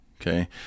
okay